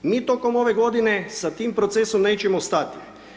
Mi tokom ove godine sa tim procesom nećemo stati.